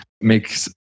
makes